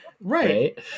Right